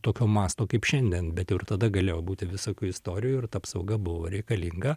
tokio masto kaip šiandien bet ir tada galėjo būti visokių istorijų ir ta apsauga buvo reikalinga